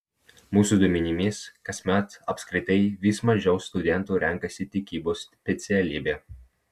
mūsų duomenimis kasmet apskritai vis mažiau studentų renkasi tikybos specialybę